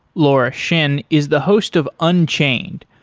laura shin is the host of unchained,